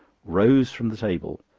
rose from the table,